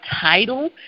title